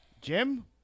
Jim